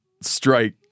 strike